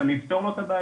שאני אפתור לו את הבעיות.